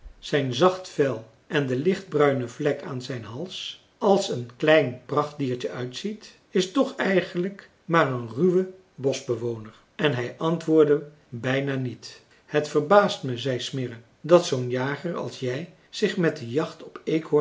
zijn zacht vel en de lichtbruine vlek aan zijn hals als een klein prachtdiertje uitziet is toch eigenlijk maar een ruwe boschbewoner en hij antwoordde bijna niet het verbaast me zei smirre dat zoo'n jager als jij zich met de jacht op